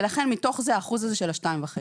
ולכן, מתוך זה האחוז של ה-2.5.